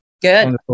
Good